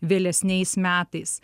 vėlesniais metais